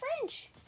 French